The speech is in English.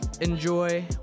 enjoy